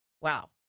Wow